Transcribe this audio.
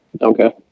Okay